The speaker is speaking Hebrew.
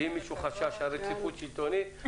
ואם מישהו חשש לרציפות שלטונית,